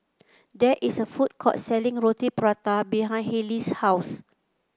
there is a food court selling Roti Prata behind Halie's house